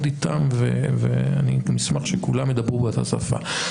איתם ואני גם אשמח שכולם ידברו באותה שפה.